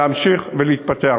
להמשיך ולהתפתח.